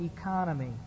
economy